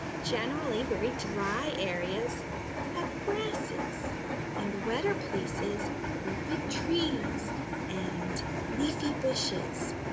generally, very dry areas have grasses and wetter places, grow big trees and leafy bushes.